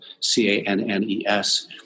C-A-N-N-E-S